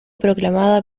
proclamada